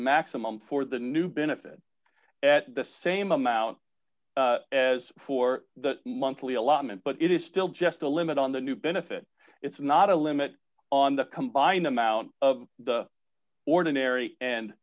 maximum for the new benefit at the same amount as for the monthly allotment but it is still just a limit on the new benefit it's not a limit on the combined amount of the ordinary and